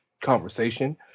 conversation